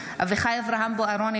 אביחי אברהם בוארון,